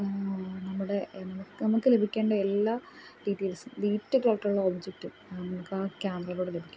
നമ്മുടെ നമുക്ക് ലഭിയ്ക്കണ്ട എല്ല ഡീറ്റെയ്ൽസും തൊട്ടുള്ള ഒബ്ജക്റ്റ് നമുക്കാ ക്യാമറയിലൂടെ ലഭിക്കും